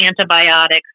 antibiotics